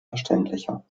verständlicher